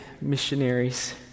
missionaries